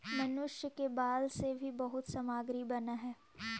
मनुष्य के बाल से भी बहुत सामग्री बनऽ हई